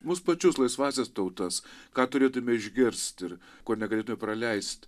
mus pačius laisvąsias tautas ką turėtume išgirst ir ko negalėtume praleist